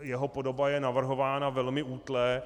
Jeho podoba je navrhována velmi útle.